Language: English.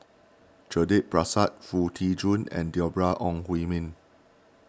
Judith Prakash Foo Tee Jun and Deborah Ong Hui Min